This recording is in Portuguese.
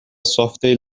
software